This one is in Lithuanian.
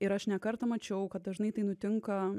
ir aš ne kartą mačiau kad dažnai tai nutinka